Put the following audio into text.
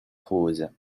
rose